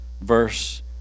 Verse